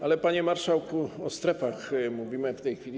Ale, panie marszałku, o strefach mówimy w tej chwili.